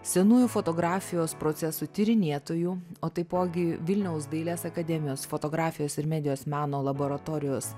senųjų fotografijos procesų tyrinėtoju o taipogi vilniaus dailės akademijos fotografijos ir medijos meno laboratorijos